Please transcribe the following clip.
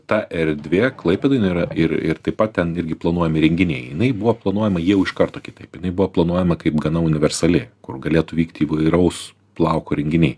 ta erdvė klaipėdoj jinai yra ir ir taip pat ten irgi planuojami renginiai jinai buvo planuojama jau iš karto kitaip jinai buvo planuojama kaip gana universali kur galėtų vykt įvairaus plauko renginiai